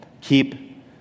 keep